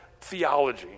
theology